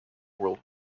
world